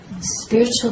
spiritual